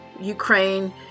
Ukraine